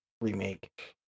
remake